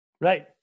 Right